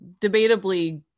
debatably